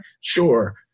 Sure